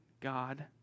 God